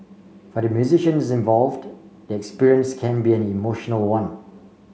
for the musicians involved the experience can be an emotional one